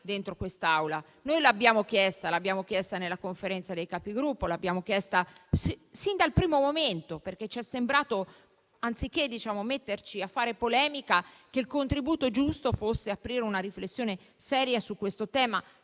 Noi l'abbiamo chiesta, l'abbiamo chiesta nella Conferenza dei Capigruppo, l'abbiamo chiesta sin dal primo momento; ci è sembrato, anziché metterci a fare polemica, che il contributo giusto fosse aprire una riflessione seria su questo tema.